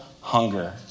hunger